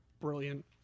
brilliant